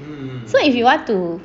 so if you want to